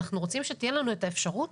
אנחנו רוצים שתהיה לנו את האפשרות